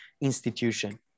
institution